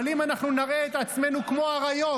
אבל אם אנחנו נַראה את עצמנו כמו אריות,